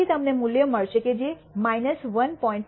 પછી તમને મૂલ્ય મળશે કે જે 1